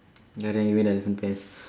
ya then you give me the elephant pants